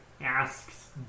asks